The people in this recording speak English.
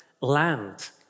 land